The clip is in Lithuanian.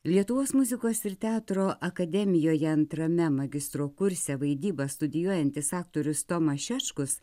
lietuvos muzikos ir teatro akademijoje antrame magistro kurse vaidybą studijuojantis aktorius tomas šeškus